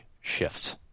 shifts